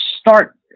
start